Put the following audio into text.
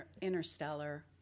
interstellar